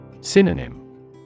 Synonym